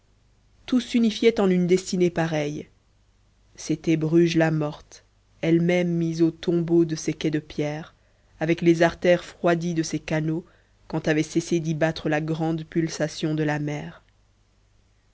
tout s'unifiait en une destinée pareille c'était bruges la morte elle-même mise au tombeau de ses quais de pierre avec les artères froidies de ses canaux quand avait cessé d'y battre la grande pulsation de la mer